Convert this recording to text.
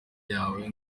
yawe